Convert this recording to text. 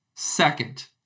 Second